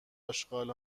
اشغال